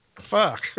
Fuck